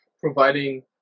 providing